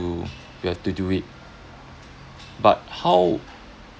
we have to do it but how